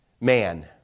man